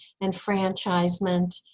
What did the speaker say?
enfranchisement